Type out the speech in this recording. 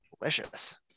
Delicious